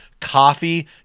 Coffee